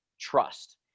trust